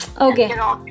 Okay